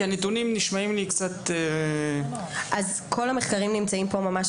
כי הנתונים נשמעים לי קצת --- כל המחקרים נמצאים פה ממש,